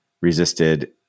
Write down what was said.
resisted